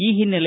ಈ ಹಿನ್ನಲೆ